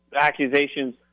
accusations